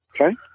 Okay